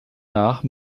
nach